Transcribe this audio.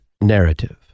narrative